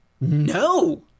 no